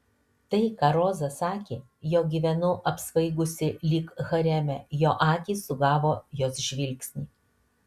tai ką roza sakė jog gyvenau apsvaigusi lyg hareme jo akys sugavo jos žvilgsnį